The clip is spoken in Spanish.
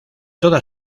toda